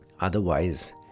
Otherwise